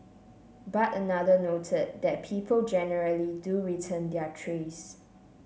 but another noted that people generally do return their trays